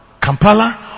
Kampala